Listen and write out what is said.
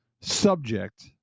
subject